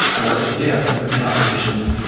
or if it did have conflicting operations,